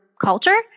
culture